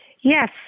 Yes